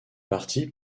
partie